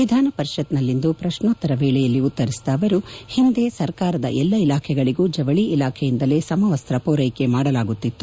ವಿಧಾನ ಪರಿಷತ್ತಿನಲ್ಲಿಂದು ಪ್ರಶ್ನೋತ್ತರ ವೇಳೆಯಲ್ಲಿ ಉತ್ತರಿಸಿದ ಅವರು ಹಿಂದೆ ಸರ್ಕಾರದ ಎಲ್ಲಾ ಇಲಾಖೆಗಳಿಗೂ ಜವಳಿ ಇಲಾಖೆಯಿಂದಲೇ ಸಮವಸ್ತ ಪೂರೈಕೆ ಮಾಡಲಾಗುತ್ತಿತ್ತು